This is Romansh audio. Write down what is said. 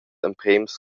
emprems